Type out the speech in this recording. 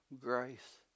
grace